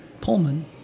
Pullman